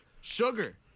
sugar